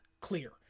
clear